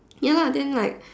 ya lah then like